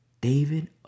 David